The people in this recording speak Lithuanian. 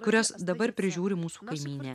kurias dabar prižiūri mūsų kaimynė